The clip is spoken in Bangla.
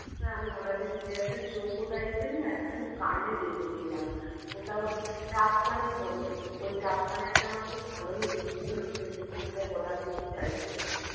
হ্যাঁ আমি অর্ডার দিতে চাই একটা চৌকো টাইপের না একটা আমি কানের দেখেছিলাম ওটা ওই টাপ কানের হবে ওই টাপ কানেরটা আমার খুব ভালো লেগেছিল লোকের দেখে ওটাই অর্ডার দিতে চাইছি আর কি